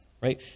right